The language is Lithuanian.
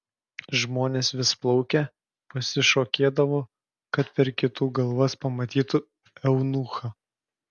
žmonės vis plaukė pasišokėdavo kad per kitų galvas pamatytų eunuchą